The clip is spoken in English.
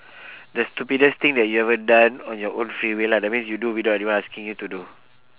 the stupidest thing that you ever done on your own free will lah that means you do without them asking you to do